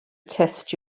test